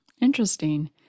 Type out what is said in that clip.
interesting